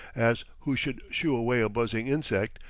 as who should shoo away a buzzing insect,